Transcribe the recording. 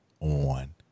on